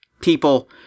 people